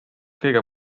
kõige